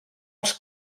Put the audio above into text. els